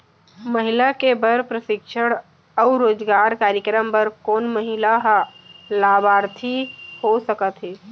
महिला के बर प्रशिक्षण अऊ रोजगार कार्यक्रम बर कोन महिला ह लाभार्थी हो सकथे?